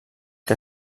que